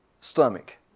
stomach